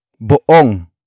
Boong